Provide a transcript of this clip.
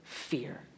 Fear